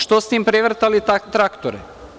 Što ste im prevrtali traktore?